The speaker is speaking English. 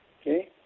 okay